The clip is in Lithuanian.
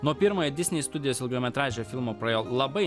nuo pirmojo disney studijos ilgametražio filmo praėjo labai